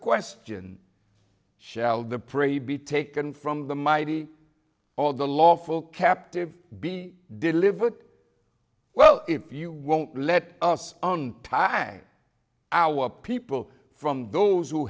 question shall the prey be taken from the mighty all the lawful captive be delivered well if you won't let us on tie our people from those who